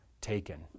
taken